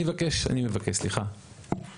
אני מבקש, אני מבקש, סליחה.